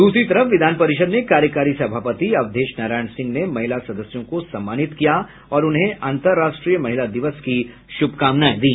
दूसरी तरफ विधान परिषद् में कार्यकारी सभापति अवधेश नारायण सिंह ने महिला सदस्यों को सम्मानित किया और उन्हें अंतर्राष्ट्रीय महिला दिवस की शुभकामनाएं दी